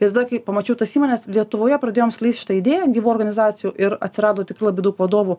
ir tada kai pamačiau tas įmones lietuvoje pradėjom skleisti šitą idėją gyvų organizacijų ir atsirado tikrai labai daug vadovų